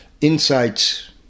insights